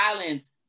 violence